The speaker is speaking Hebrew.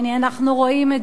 אנחנו רואים את זה,